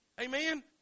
Amen